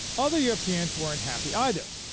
other europeans weren't happy, either,